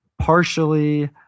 partially